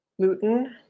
gluten